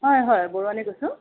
হয় হয় বৰুৱানীয়ে কৈছোঁ